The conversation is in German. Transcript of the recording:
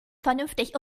vernünftig